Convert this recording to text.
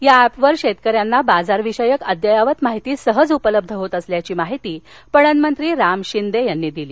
या एपवर शेतकऱ्यांना बाजारविषयक अद्ययावत माहिती सहज उपलब्ध होत असल्याघी माहिती पणनमंत्री राम शिंदे यांनी दिली